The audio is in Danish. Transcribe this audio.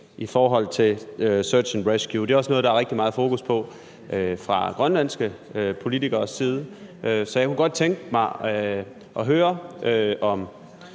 i forhold til Search and Rescue. Det er også noget, der er rigtig meget fokus på fra grønlandske politikeres side. Så jeg kunne godt tænke mig at høre, om